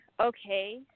okay